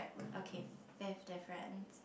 okay fifth difference